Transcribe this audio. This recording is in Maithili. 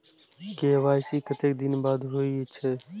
के.वाई.सी कतेक दिन बाद होई छै?